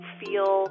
feel